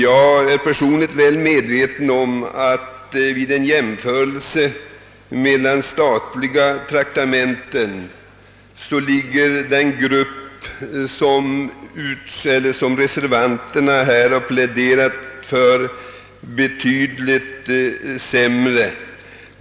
Jag är personligen väl medveten om att vid en jämförelse med vad som gäller statliga traktamenten den grupp som reservanterna här har pläderat för har betydligt sämre förmåner.